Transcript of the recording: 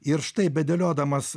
ir štai bedėliodamas